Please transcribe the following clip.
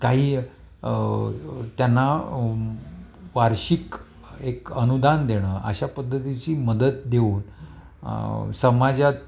काही त्यांना वार्षिक एक अनुदान देणं अशा पद्धतीची मदत देऊन समाजात